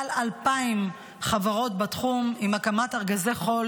מעל 2,000 חברות בתחום עם הקמת ארגזי חול